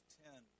ten